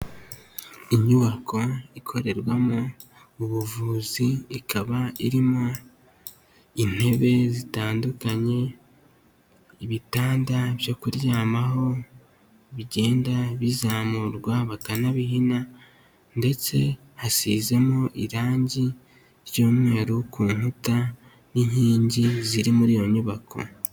Inyubako ikorerwamo ubuvuzi, ikaba irimo intebe zitandukanye, ibitanda byo kuryamaho bigenda bizamurwa bakanabihina ndetse hasizemo irangi ry'umweru ku nkuta n'inkingi ziri muri iyo nyubako.